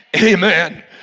Amen